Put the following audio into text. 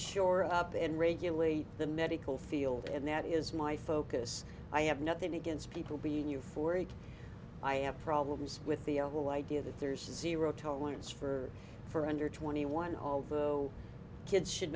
shore up and regulate the medical field and that is my focus i have nothing against people being euphoric i have problems with the whole idea that there's a zero tolerance for for under twenty one home for kids should